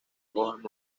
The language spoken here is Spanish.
hojas